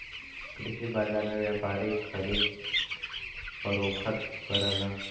कृषि बाजार में व्यापारी खरीद फरोख्त करलन